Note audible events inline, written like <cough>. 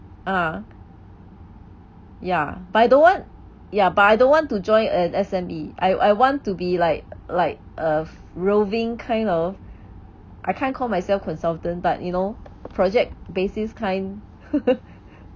uh ya but I don't want ya but I don't want to join uh S_M_E I I want to be like like err roving kind of I can't call myself consultant but you know project basis kind <laughs>